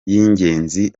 y’ingenzi